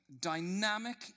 dynamic